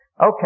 Okay